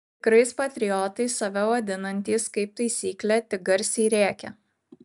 tikrais patriotais save vadinantys kaip taisyklė tik garsiai rėkia